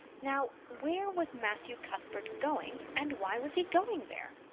now, where was matthew cuthbert going and why was he going there?